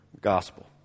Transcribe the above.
gospel